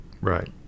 Right